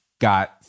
got